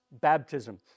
baptism